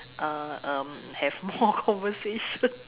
uh um have more conversation